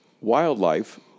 wildlife